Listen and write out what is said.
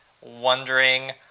wondering